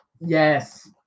Yes